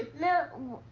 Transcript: no.